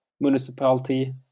municipality